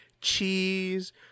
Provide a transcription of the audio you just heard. cheese